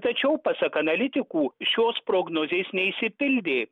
tačiau pasak analitikų šios prognozės neišsipildė